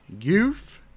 youth